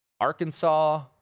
Arkansas